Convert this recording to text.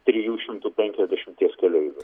trijų šimtų penkiasdešimties keleivių